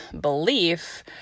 belief